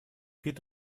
geht